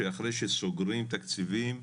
שאחרי שסוגרים תקציבים,